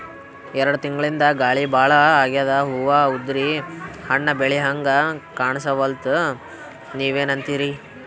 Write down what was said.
ಎರೆಡ್ ತಿಂಗಳಿಂದ ಗಾಳಿ ಭಾಳ ಆಗ್ಯಾದ, ಹೂವ ಉದ್ರಿ ಹಣ್ಣ ಬೆಳಿಹಂಗ ಕಾಣಸ್ವಲ್ತು, ನೀವೆನಂತಿರಿ?